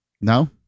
No